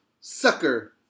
Sucker